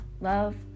Love